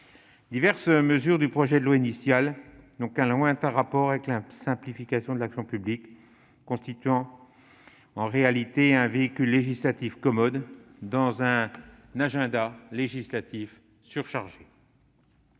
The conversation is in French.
diverses mesures du projet de loi initial n'ont qu'un lointain rapport avec la simplification de l'action publique. Ce texte constitue donc en réalité un véhicule législatif commode alors que l'agenda législatif est surchargé.